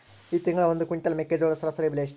ಈ ತಿಂಗಳ ಒಂದು ಕ್ವಿಂಟಾಲ್ ಮೆಕ್ಕೆಜೋಳದ ಸರಾಸರಿ ಬೆಲೆ ಎಷ್ಟು?